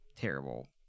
terrible